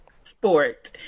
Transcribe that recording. sport